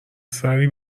سری